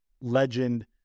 legend